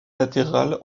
latérales